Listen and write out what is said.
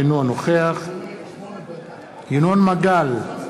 אינו נוכח ינון מגל,